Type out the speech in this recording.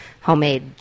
homemade